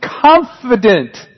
confident